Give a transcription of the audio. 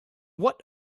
what